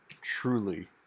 truly